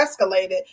escalated